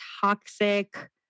toxic